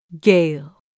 Gale